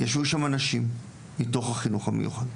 ישבו שם אנשים מתוך החינוך המיוחד,